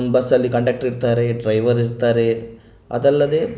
ಬಸ್ಸಲ್ಲಿ ಕಂಡಕ್ಟರ್ ಇರ್ತಾರೆ ಡ್ರೈವರ್ ಇರ್ತಾರೆ ಅದಲ್ಲದೆ